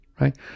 right